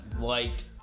light